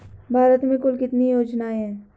भारत में कुल कितनी योजनाएं हैं?